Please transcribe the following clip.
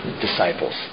disciples